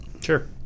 Sure